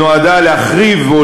שנועדה להחריב את,